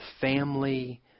family